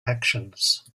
actions